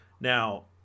Now